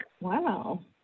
Wow